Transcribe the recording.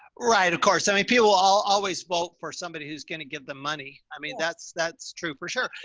right? of course. i mean, people will always vote for somebody who's going to give them money. i mean, that's, that's true for sure.